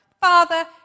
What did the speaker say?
father